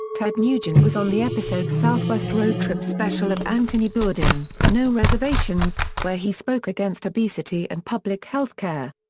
ted nugent was on the episode southwest road trip special of anthony bourdain no reservations, where he spoke against obesity and public health care.